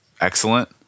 excellent